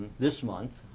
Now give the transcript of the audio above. this month.